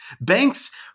banks